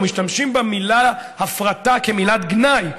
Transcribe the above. ומשתמשים במילה "הפרטה" כמילת גנאי,